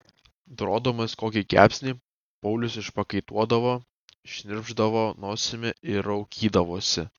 dorodamas kokį kepsnį paulius išprakaituodavo šnirpšdavo nosimi ir raukydavosi